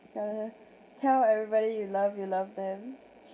tell her tell everybody you love you love them